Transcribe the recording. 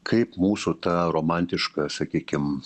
kaip mūsų ta romantiška sakykim